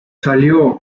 salió